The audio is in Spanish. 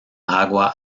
agua